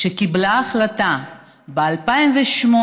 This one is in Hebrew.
שקיבלה החלטה ב-2008,